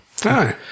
aye